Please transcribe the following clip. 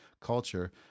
culture